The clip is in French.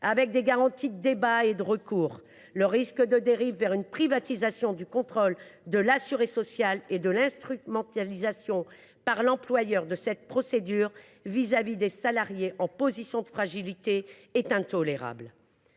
avec des garanties de débat et de recours. Le risque de dérive vers une privatisation du contrôle de l’assuré social et l’instrumentalisation par l’employeur de cette procédure à l’égard de salariés en position de fragilité est intolérable.